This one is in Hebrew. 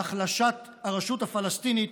והחלשת הרשות הפלסטינית,